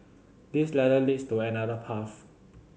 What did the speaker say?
this ladder leads to another path